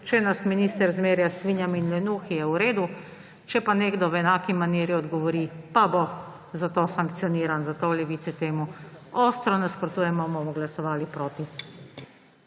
če nas minister zmerja s svinjami in lenuhi, je v redu, če pa nekdo v enaki maniri odgovori, pa bo za to sancioniran. Zato v Levici temu ostro nasprotujemo in bomo glasovali proti.